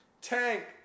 Tank